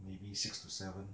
maybe six to seven